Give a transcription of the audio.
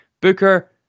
booker